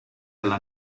alla